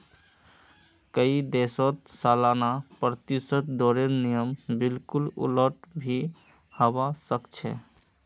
कई देशत सालाना प्रतिशत दरेर नियम बिल्कुल उलट भी हवा सक छे